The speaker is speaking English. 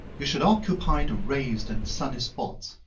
you should occupy the raised and sunny spots,